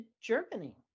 Germany